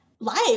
life